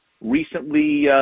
recently –